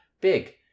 big